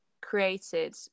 created